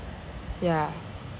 yeah